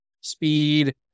speed